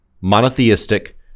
monotheistic